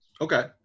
Okay